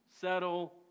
settle